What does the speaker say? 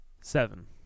Seven